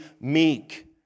meek